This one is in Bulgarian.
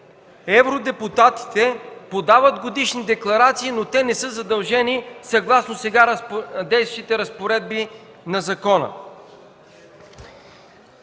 евродепутатите подават годишни декларации, но те не са задължени, съгласно сега действащите разпоредби на закона.